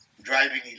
driving